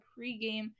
pregame